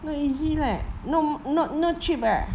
not easy leh not not not cheap eh